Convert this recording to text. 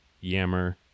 Yammer